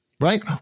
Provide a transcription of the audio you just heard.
Right